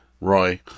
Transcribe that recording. Roy